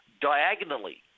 diagonally